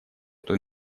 эту